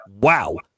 wow